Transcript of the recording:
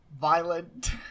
violent